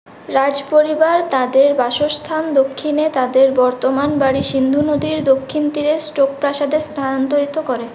রাজপরিবার তাঁদের বাসস্থান দক্ষিণে তাঁদের বর্তমান বাড়ি সিন্ধু নদীর দক্ষিণ তীরে স্টোক প্রাসাদে স্থানান্তরিত করে